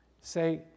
Say